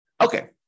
Okay